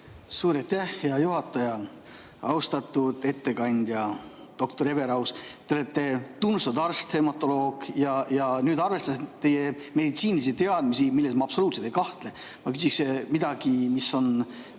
Suur aitäh, hea juhataja! Austatud ettekandja doktor Everaus! Te olete tunnustatud arst, hematoloog. Arvestades teie meditsiinilisi teadmisi, milles ma absoluutselt ei kahtle, ma küsiksin midagi, mis on